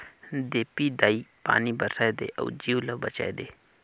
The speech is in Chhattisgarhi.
देपी दाई पानी बरसाए दे अउ जीव ल बचाए दे